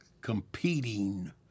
competing